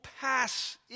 pass